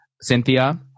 Cynthia